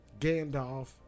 Gandalf